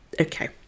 okay